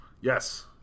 Yes